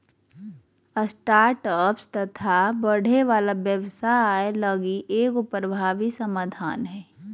startups तथा बढ़े वाला व्यवसाय लगी एगो प्रभावी समाधान हइ